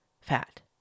fat